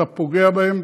אתה פוגע בהם.